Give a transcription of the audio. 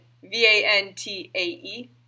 v-a-n-t-a-e